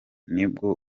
nibwo